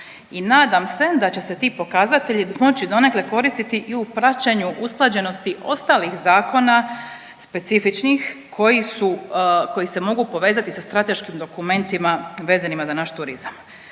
i nadam se da će se ti pokazatelji moći donekle koristiti i u praćenju usklađenosti ostalih zakona specifičnih koji su, koji se mogu povezati sa strateškim dokumentima vezanima za naš turizam.